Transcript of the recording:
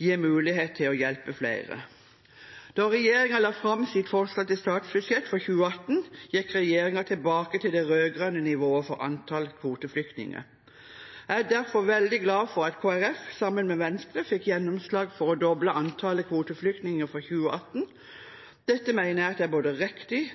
gir mulighet til å hjelpe flere. Da regjeringen la fram sitt forslag til statsbudsjett for 2018, gikk den tilbake til det rød-grønne nivået for antall kvoteflyktninger. Jeg er derfor veldig glad for at Kristelig Folkeparti sammen med Venstre fikk gjennomslag for å doble antallet kvoteflyktninger for 2018. Dette mener jeg er både riktig